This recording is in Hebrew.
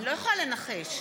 נא לשבת,